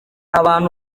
abantu